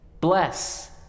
bless